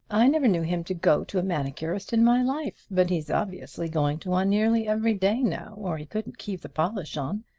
i never knew him to go to a manicurist in my life, but he is obviously going to one nearly every day now or he couldn't keep the polish on.